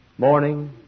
morning